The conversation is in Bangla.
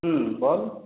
হুম বল